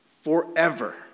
forever